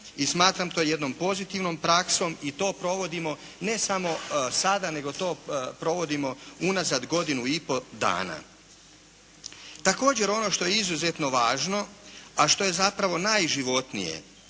I smatramo to jednom pozitivnom praksom i to provodimo ne samo sada nego to provodimo unazad godinu i pol dana. Također ono što je izuzetno važno, a što je zapravo najživotnije